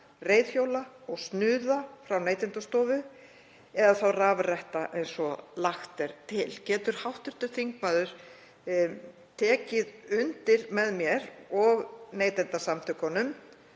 reiðhjóla og snuða frá Neytendastofu, eða þá rafretta eins og lagt er til. Getur hv. þingmaður tekið undir með mér og Neytendasamtökunum